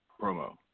promo